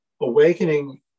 Awakening